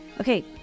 Okay